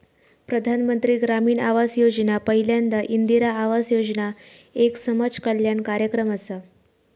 प्रधानमंत्री ग्रामीण आवास योजना पयल्यांदा इंदिरा आवास योजना एक समाज कल्याण कार्यक्रम असा